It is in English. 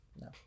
No